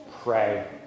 pray